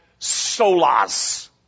solas